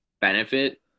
benefit